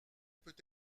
peut